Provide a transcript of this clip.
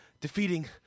defeating